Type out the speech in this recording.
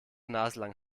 naselang